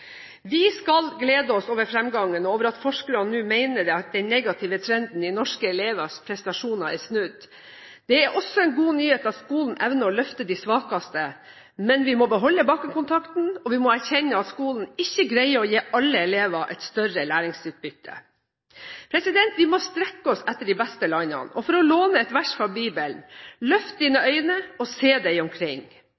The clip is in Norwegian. Vi skal glede oss over fremgangen og over at forskerne nå mener at den negative trenden i norske elevers prestasjoner er snudd. Det er også en god nyhet at skolen evner å løfte de svakeste. Men vi må beholde bakkekontakten, og vi må erkjenne at skolen ikke greier å gi alle elever et større læringsutbytte. Vi må strekke oss etter de beste landene. Og for å låne et vers fra Bibelen: Løft dine